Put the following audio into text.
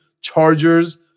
Chargers